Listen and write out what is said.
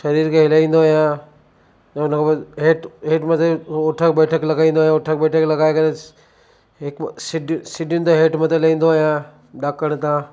शरीर खे हिलाईंदो आहियां ऐं उन खां पोइ हेठि हेठि मथे उहो ऊठक बैठक लॻाईंदो आहियां ऊठक बैठक लॻाए करे सि हिकु ॿ सिढियूं सिढियुनि तां हेठि मथे लहींदो आहियां ॾाकण तां